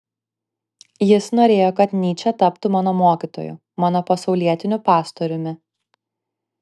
jis norėjo kad nyčė taptų mano mokytoju mano pasaulietiniu pastoriumi